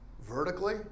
vertically